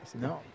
No